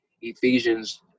Ephesians